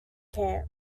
camp